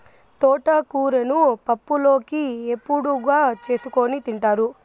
తోటకూరను పప్పులోకి, ఏపుడుగా చేసుకోని తింటారు